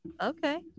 okay